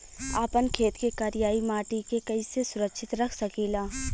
आपन खेत के करियाई माटी के कइसे सुरक्षित रख सकी ला?